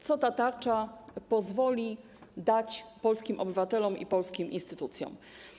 Co ta tarcza pozwoli dać polskim obywatelom i polskim instytucjom?